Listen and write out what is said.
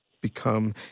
become